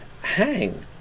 hang